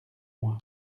moi